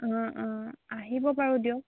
অঁ অঁ আহিব বাৰু দিয়ক